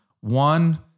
one